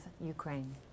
Ukraine